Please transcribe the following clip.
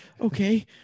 Okay